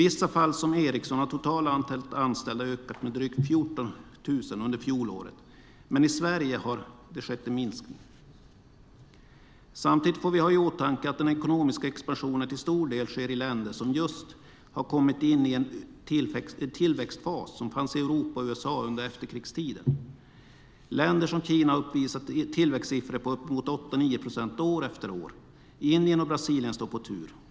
I fallet Ericsson har det totala antalet anställda ökat med drygt 14 000 under fjolåret, men i Sverige har det skett en minskning. Samtidigt får vi ha i åtanke att den ekonomiska expansionen till stor del sker i länder som just har kommit in i den tillväxtfas som Europa och USA var inne i under efterkrigstiden. Länder som Kina har uppvisat tillväxtsiffror på uppemot 8-9 procent år efter år. Indien och Brasilien står på tur.